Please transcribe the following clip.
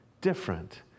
different